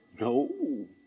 No